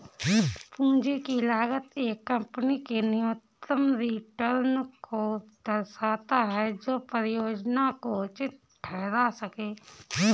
पूंजी की लागत एक कंपनी के न्यूनतम रिटर्न को दर्शाता है जो परियोजना को उचित ठहरा सकें